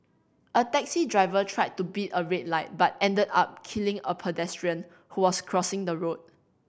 a taxi driver tried to beat a red light but ended up killing a pedestrian who was crossing the road